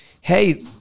Hey